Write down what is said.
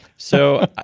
so,